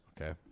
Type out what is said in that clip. Okay